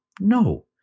No